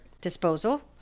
disposal